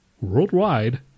worldwide